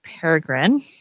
Peregrine